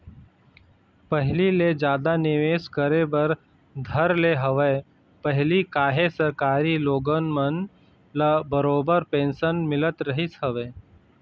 पहिली ले जादा निवेश करे बर धर ले हवय पहिली काहे सरकारी लोगन मन ल बरोबर पेंशन मिलत रहिस हवय